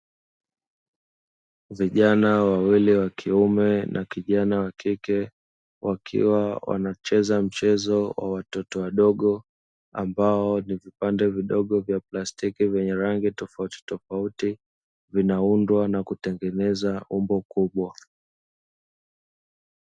Vijana wawili wa kiume na kijana wa kike, wakiwa wanacheza mchezo wa watoto wadogo, ambao ni vipande vidogo vya plastiki vyenye rangi tofauti tofauti vinaundwa na kutengeneza umbo kubwa.